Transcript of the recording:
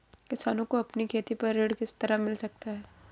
किसानों को अपनी खेती पर ऋण किस तरह मिल सकता है?